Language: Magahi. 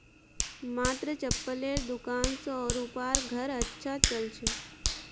मात्र चप्पलेर दुकान स रूपार घर अच्छा चल छ